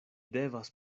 devas